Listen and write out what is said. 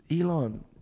Elon